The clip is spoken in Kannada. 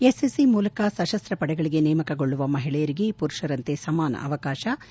ಎಸ್ಎಸ್ಒ ಮೂಲಕ ಸಶಸ್ತ ಪಡೆಗಳಿಗೆ ನೇಮಕಗೊಳ್ಳುವ ಮಹಿಳೆಯರಿಗೆ ಪುರಷರಂತೆ ಸಮಾನ ಅವಕಾಶ